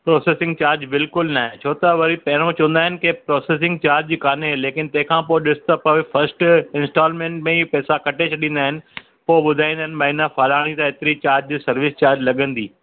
processing charge बिल्कुल न आहे छो त वरी पहिरों चवंदा आहिनि की प्रोसेसिंग चार्ज कान्हे लेकिन तंहिं खां पोइ ॾिसि त फस्ट इंस्टोलमेंट में ई पैसा कटे छॾींदा आहिनि पोइ ॿुधाईंदा आहिनि भई हिन फलाणी त हेतिरी चार्ज सर्विस चार्ज लॻंदी